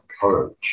courage